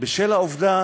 בשל העובדה